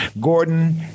Gordon